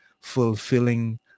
fulfilling